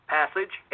passage